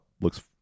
looks